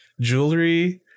jewelry